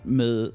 med